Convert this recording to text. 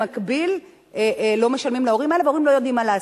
ובמקביל לא משלמים להורים האלה וההורים לא יודעים מה לעשות.